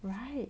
right